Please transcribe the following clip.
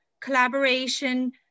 collaboration